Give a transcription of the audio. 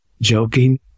joking